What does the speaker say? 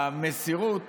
למסירות